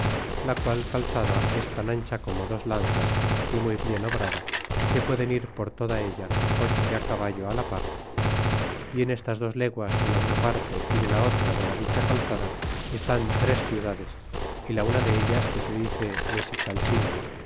la qual calzada es tan ancha como dos lanzas y muy bien obrada que pueden ir por toda ella ocho de caballo la par y e en estas dos leguas de la una parte y de la otra dc la dicha cale zada están tres ciudades y la una de ellas que se dice